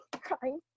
Crying